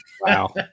wow